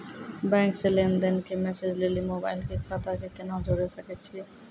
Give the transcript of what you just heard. Bank से लेंन देंन के मैसेज लेली मोबाइल के खाता के केना जोड़े सकय छियै?